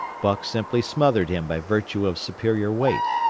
buck simply smothered him by virtue of superior weight,